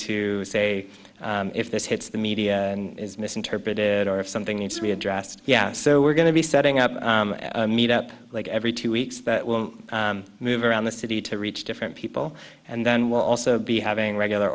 to say if this hits the media and is misinterpreted or if something needs to be addressed yeah so we're going to be setting up meet up like every two weeks that will move around the city to reach different people and then we'll also be having regular